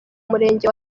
murenge